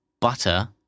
butter